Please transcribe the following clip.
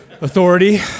authority